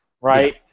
right